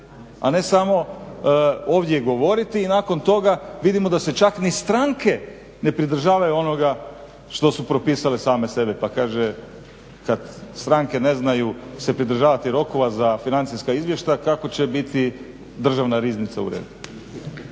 a ne samo ovdje govoriti i nakon toga vidimo da se čak ni stranke ne pridržavaju onoga što su propisale same sebi pa kaže kad stranke ne znaju se pridržavati rokova za financijska izvješća kako će biti državna riznica u redu.